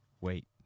Wait